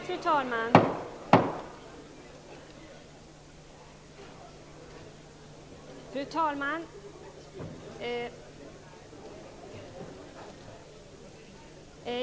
Fru talman!